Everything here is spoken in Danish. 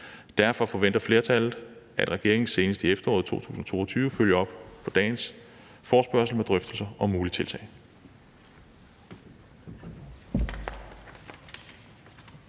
Derfor forventer flertallet, at regeringen senest i efteråret 2022 følger op på dagens forespørgsel med drøftelser om mulige tiltag.«